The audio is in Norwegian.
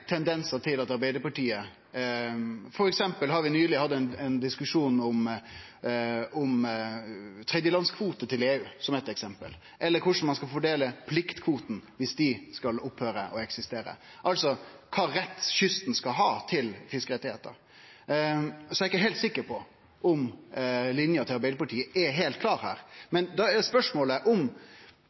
oppfølgingsspørsmål til det: Vi har nyleg hatt diskusjonar om tredjelandskvotar til EU og korleis ein skal fordele pliktkvotane, viss dei ikkje skal eksistere lenger – altså kva rett kysten skal ha til fisken. Så eg er ikkje sikker på at linja til Arbeidarpartiet er heilt klar her. Da er spørsmålet om